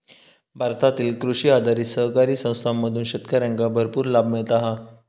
भारतातील कृषी आधारित सहकारी संस्थांमधून शेतकऱ्यांका भरपूर लाभ मिळता हा